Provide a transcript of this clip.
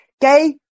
Gay